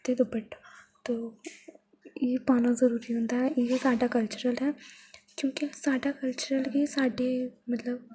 ते दुपट्टा ते ऐ पाना जरूरी होंदा ऐ इ'यै साढ़ा कल्चरल ऐ क्युकी साढ़ा कल्चर गे साढ़े मतलब